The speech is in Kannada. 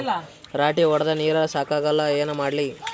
ರಾಟಿ ಹೊಡದ ನೀರ ಸಾಕಾಗಲ್ಲ ಏನ ಮಾಡ್ಲಿ?